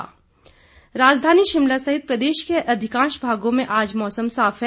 मौसम राजधानी शिमला सहित प्रदेश के अधिकांश भागों में आज मौसम साफ है